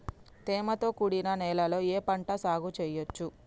తేమతో కూడిన నేలలో ఏ పంట సాగు చేయచ్చు?